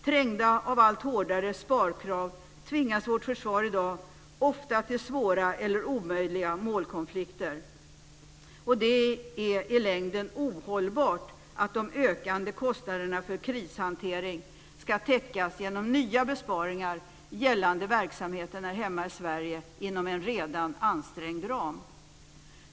Trängda av allt hårdare sparkrav tvingas vårt försvar i dag ofta till svåra eller omöjliga målkonflikter. Det är i längden ohållbart att de ökande kostnaderna för krishantering ska täckas av nya besparingar i verksamheten här hemma i Sverige inom en redan ansträngd ram.